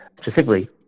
specifically